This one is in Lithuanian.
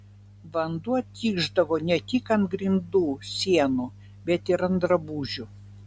vanduo tikšdavo ne tik ant grindų sienų bet ir ant drabužių